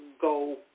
go